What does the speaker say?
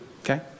okay